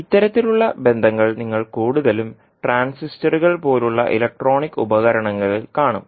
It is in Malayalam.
ഇത്തരത്തിലുള്ള ബന്ധങ്ങൾ നിങ്ങൾ കൂടുതലും ട്രാൻസിസ്റ്ററുകൾ പോലുള്ള ഇലക്ട്രോണിക് ഉപകരണങ്ങളിൽ കാണും